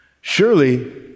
Surely